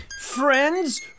friends